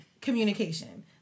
communication